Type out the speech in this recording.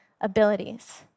abilities